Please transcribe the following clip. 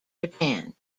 japan